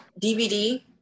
DVD